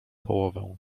połowę